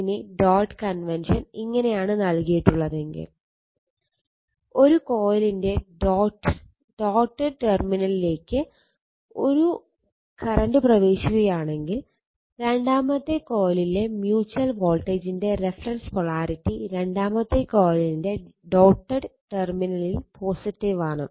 ഇനി dot convention ഇങ്ങനെയാണ് നൽകിയിട്ടുള്ളതെങ്കിൽ ഒരു കോയിലിന്റെ ഡോട്ട്ഡ് ടെർമിനലിലേക്ക് ഒരു കറന്റ് പ്രവേശിക്കുകയാണെങ്കിൽ രണ്ടാമത്തെ കോയിലിലെ മ്യൂച്വൽ വോൾട്ടേജിന്റെ റഫറൻസ് പോളാരിറ്റി രണ്ടാമത്തെ കോയിലിന്റെ ഡോട്ട്ഡ് ടെർമിനലിൽ പോസിറ്റീവ് ആണ്